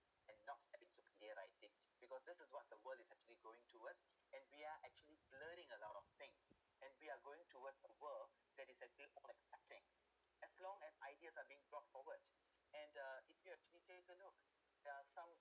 and not having superior writing because that is what the world is actually going towards and we are actually learning a lot of things and we are going towards a world that is agree or accepting as long as ideas are being brought forward and uh if you actually take a look there're some